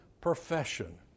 profession